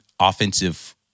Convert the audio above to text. offensive